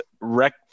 rec